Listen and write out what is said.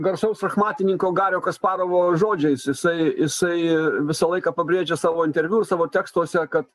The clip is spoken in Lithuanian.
garsaus šachmatininko gario kasparovo žodžiais jisai jisai visą laiką pabrėžia savo interviu ir savo tekstuose kad